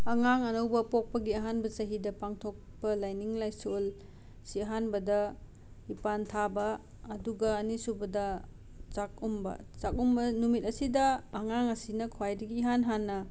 ꯑꯉꯥꯡ ꯑꯅꯧꯕ ꯄꯣꯛꯄꯒꯤ ꯑꯍꯥꯟꯕ ꯆꯍꯤꯗ ꯄꯥꯡꯊꯣꯛꯄ ꯂꯥꯏꯅꯤꯡ ꯂꯥꯏꯁꯣꯜꯁꯤ ꯑꯍꯥꯟꯕꯗ ꯏꯄꯥꯟ ꯊꯥꯕ ꯑꯗꯨꯒ ꯑꯅꯤꯁꯨꯕꯗ ꯆꯥꯀꯨꯝꯕ ꯆꯥꯛ ꯎꯝꯕ ꯅꯨꯃꯤꯠ ꯑꯁꯤꯗ ꯑꯉꯥꯡ ꯑꯁꯤꯅ ꯈ꯭ꯋꯥꯏꯗꯒꯤ ꯏꯍꯥꯟ ꯍꯥꯟꯅ